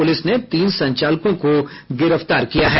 police ने तीन संचालकों को गिरफ्तार किया है